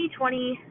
2020